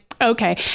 okay